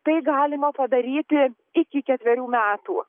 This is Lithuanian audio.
tai galima padaryti iki ketverių metų